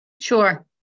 Sure